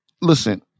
listen